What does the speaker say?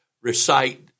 recite